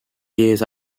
years